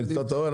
אתה רואה?